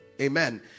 amen